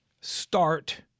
start